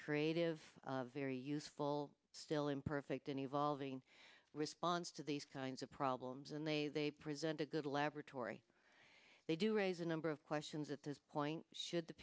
creative very useful still imperfect and evolving response to these kinds of problems and they present a good laboratory they do raise a number of questions at this point should the